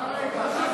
רגע,